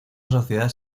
sociedad